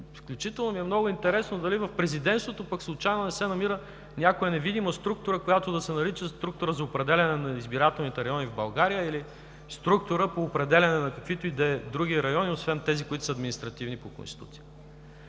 Много ми е интересно дали пък в президентството случайно не се намира някоя невидима структура, която да се нарича „структура за определяне на избирателните райони в България“ или „структура по определяне на каквито и да е други райони, освен тези, които са административни по Конституция“.